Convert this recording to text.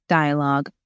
dialogue